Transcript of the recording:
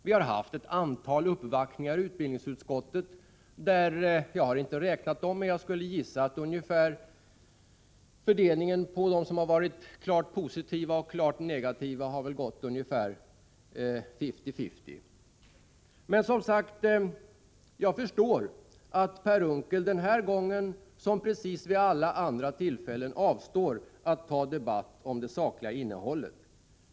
Vi har haft ett antal uppvaktningar i utbildningsutskottet där jag gissar att fördelningen mellan dem som har varit klart positiva och dem som har varit klart negativa är ungefär fifty-fifty. Men jag förstår, som sagt, att Per Unckel denna gång, precis som vid alla andra tillfällen, avstår från att ta debatt om det sakliga innehållet.